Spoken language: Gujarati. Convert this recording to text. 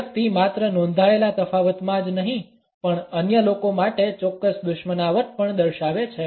વ્યક્તિ માત્ર નોંધાયેલા તફાવતમાં જ નહીં પણ અન્ય લોકો માટે ચોક્કસ દુશ્મનાવટ પણ દર્શાવે છે